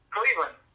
Cleveland